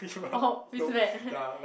oh feels bad